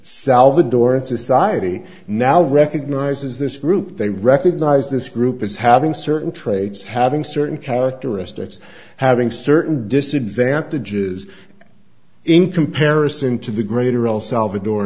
salvadoran society now recognizes this group they recognize this group as having certain traits having certain characteristics having certain disadvantages in comparison to the greater el salvador